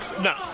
No